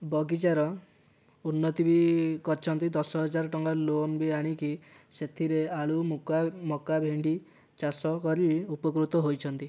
ବଗିଚାର ଉନ୍ନତି ବି କରିଛନ୍ତି ଦଶ ହଜାର ଟଙ୍କା ଲୋନ ବି ଆଣିକି ସେଥିରେ ଆଳୁ ମକା ମକା ଭେଣ୍ଡି ଚାଷ କରି ଉପକୃତ ହୋଇଛନ୍ତି